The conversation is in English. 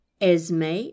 Esme